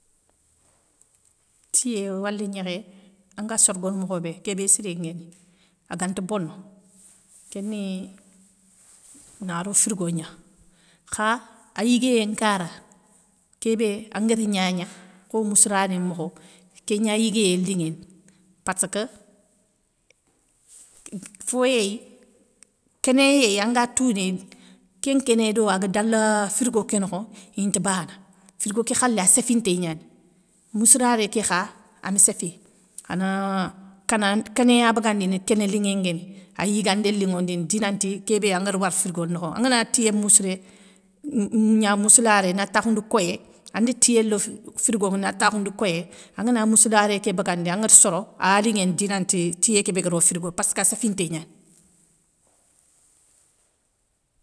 Tiyé wala gnékhé, anga sorogono mokhobé, kébé siré nguéni. Anganti bono, kéni naro frigo gna, kha ayiguéyé nkara, kébé an gari gnagna kho moussrané mokho. kégna yiguééyé linŋéni, passeukeu fo yéy, kéné yey anga tounéy kén nkéné do aga dala frigo ké nokho inta bana frigo ké khalé a séfinté gnani, moussradé kékha ami séfi ana kana kéné ya bagandi kéné linŋé nguéni ay yiguandé linŋondini dinanti kébé angara war frigo nokho angana tiyé moussré gna mousslaré na takhoundi koyé andi tiyé lo frigo na takhoundi na takhoundi koyé angana mousslaré ké bagandi angari soro aaya linŋéni dinanti tiyé kébégue ro frigo passka séfinté gnani.